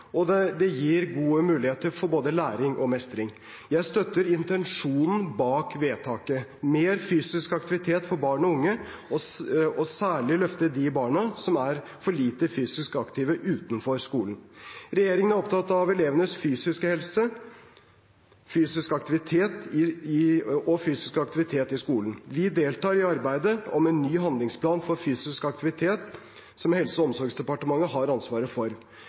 og det gir gode muligheter for både læring og mestring. Jeg støtter intensjonen bak vedtaket: mer fysisk aktivitet for barn og unge og å særlig løfte de barna som er for lite fysisk aktive utenfor skolen. Regjeringen er opptatt av elevenes fysiske helse og fysisk aktivitet i skolen. Vi deltar i arbeidet med en ny handlingsplan for fysisk aktivitet som Helse- og omsorgsdepartementet har ansvaret for.